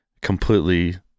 completely